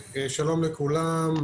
שלום ובוקר טוב לכולם.